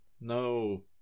No